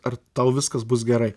ar tau viskas bus gerai